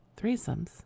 threesomes